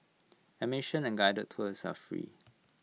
admission and guided tours are free